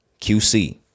QC